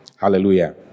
hallelujah